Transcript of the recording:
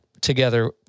together